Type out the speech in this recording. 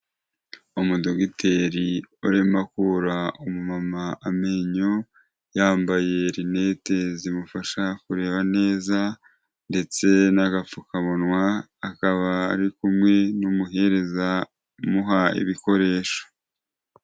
Umudogiteri urimo akura umama amenyo, yambayer inete zimufasha kureba neza ndetse n'agapfukamunwa, akaba ari kumwe n'umuhereza amuha ibikoresho.